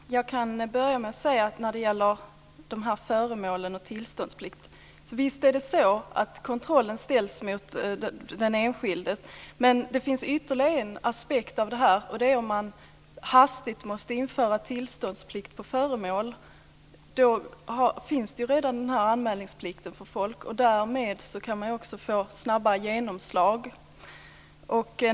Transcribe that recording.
Fru talman! Jag kan börja med att säga att när det gäller föremålen och tillståndsplikt är det så att kontrollen ställs mot den enskilde. Men det finns ytterligare en aspekt på det här, och det är om man hastigt måste införa tillståndsplikt på föremål. Då finns redan anmälningsplikten, och därmed kan man få snabbare genomslag.